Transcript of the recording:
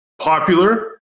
popular